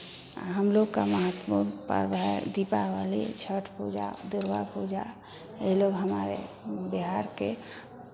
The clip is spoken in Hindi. हम लोग का महत्वपूर्ण पर्व है दीपावली छठ पूजा दुर्गा पूजा ये लोग हमारे बिहार के